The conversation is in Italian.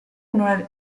una